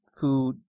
food